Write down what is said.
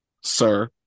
sir